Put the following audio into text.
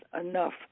enough